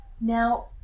Now